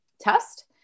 test